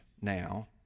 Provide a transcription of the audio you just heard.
now